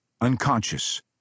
unconscious